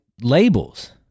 labels